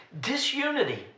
Disunity